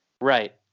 Right